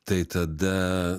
tai tada